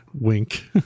wink